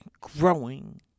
growing